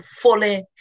fully